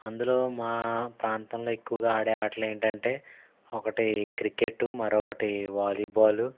అందులో మా ప్రాంతంలో ఎక్కువగా ఆడే ఆటలు ఏంటంటే ఒకటి క్రికెట్ మరొకటి వాలీబాల్